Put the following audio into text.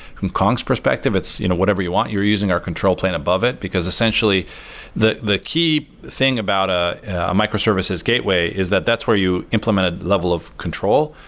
kong's perspective, it's you know whatever you want. you're using our control plane above it, because essentially the the key thing about a ah microservices' gateway is that that's where you implement ah level of control.